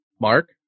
Mark